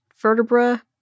vertebra